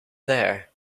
there